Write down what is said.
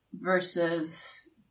versus